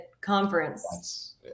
conference